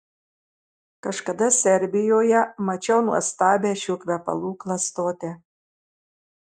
kažkada serbijoje mačiau nuostabią šių kvepalų klastotę